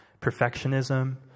perfectionism